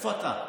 איפה אתה?